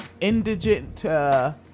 Indigent